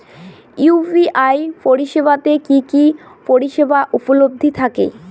UPI পরিষেবা তে কি কি পরিষেবা উপলব্ধি থাকে?